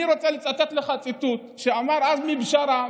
אני רוצה לצטט לך ציטוט שאמר עזמי בשארה,